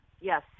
Yes